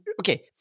Okay